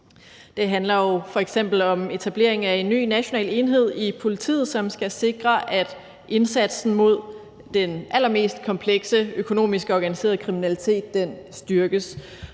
Det handler f.eks. om etablering af en ny national enhed i politiet, som skal sikre, at indsatsen mod den allermest komplekse økonomiske organiserede kriminalitet styrkes.